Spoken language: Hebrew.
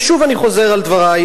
ושוב אני חוזר על דברי,